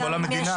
לכל המדינה.